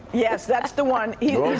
yes, that's the one. yes,